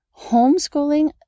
Homeschooling